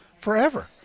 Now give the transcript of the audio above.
forever